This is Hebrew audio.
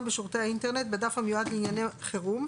בשירותי האינטרנט בדף המיועד לענייני חירום,